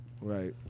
Right